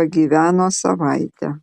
pagyveno savaitę